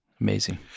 Amazing